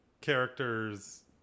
character's